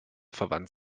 verwandt